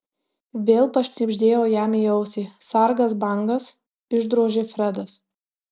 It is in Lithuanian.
vėl pašnibždėjau jam į ausį sargas bangas išdrožė fredas